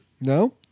No